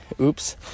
Oops